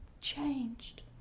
changed